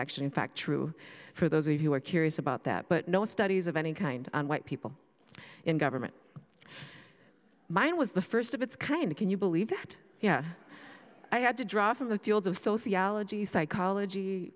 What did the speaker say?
actually in fact true for those of you are curious about that but no studies of any kind on white people in government mine was the first of its kind can you believe that yeah i had to draw from the fields of sociology psychology